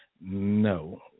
No